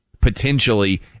potentially